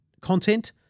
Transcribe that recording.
content